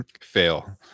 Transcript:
Fail